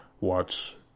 watch